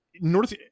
north